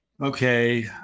okay